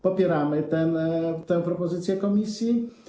Popieramy tę propozycję komisji.